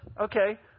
okay